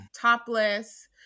Topless